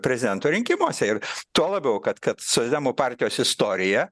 prezidento rinkimuose ir tuo labiau kad kad socdemų partijos istorija